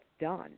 done